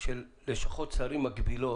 של לשכות שרים מקבילות,